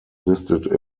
listed